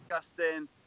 disgusting